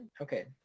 Okay